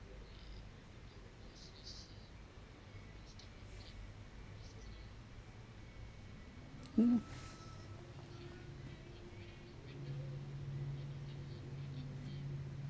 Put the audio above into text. mm